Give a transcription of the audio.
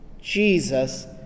Jesus